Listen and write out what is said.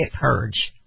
Purge